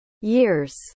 years